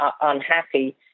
unhappy